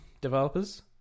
developers